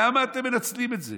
למה אתם מנצלים את זה?